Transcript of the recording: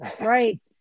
right